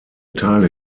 teile